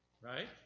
right